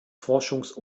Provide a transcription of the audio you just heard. forschungs